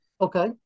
Okay